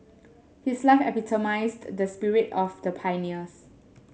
his life epitomised the spirit of the pioneers